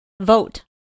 Vote